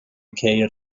ceir